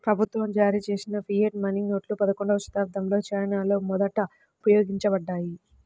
ప్రభుత్వం జారీచేసిన fiat money నోట్లు పదకొండవ శతాబ్దంలో చైనాలో మొదట ఉపయోగించబడ్డాయి